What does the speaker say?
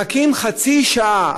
מחכים חצי שעה,